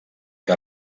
que